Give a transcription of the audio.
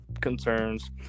concerns